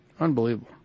Unbelievable